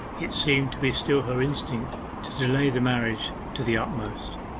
it seemed to be still her instinct to delay the marriage to the utmost.